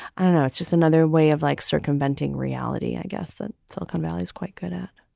i know it's just another way of like circumventing reality, i guess. ah silicon valley is quite good at